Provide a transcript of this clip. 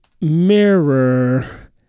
Mirror